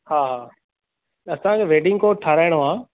हा असांखे wedding coat ठाहिराइणो आहे